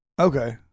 Okay